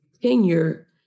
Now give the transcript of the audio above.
tenure